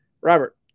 Robert